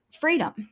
freedom